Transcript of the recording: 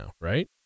right